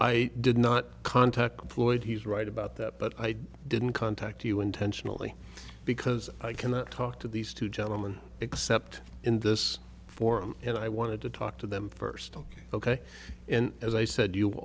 i did not contact floyd he's right about that but i didn't contact you intentionally because i cannot talk to these two gentlemen except in this forum and i wanted to talk to them first ok ok and as i said you will